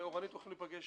אורנית הולכים להיפגש